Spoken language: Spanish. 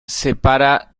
separa